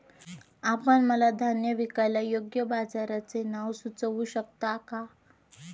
आपण मला धान्य विकायला योग्य बाजाराचे नाव सुचवू शकता का?